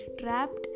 trapped